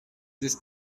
ist